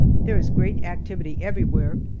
there is great activity everywhere,